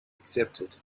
accepted